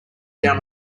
down